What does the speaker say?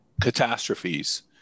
catastrophes